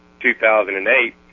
2008